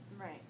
Right